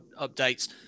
updates